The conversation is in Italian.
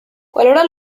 qualora